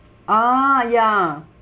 ah ya